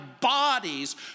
bodies